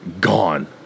Gone